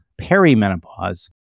perimenopause